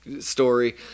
story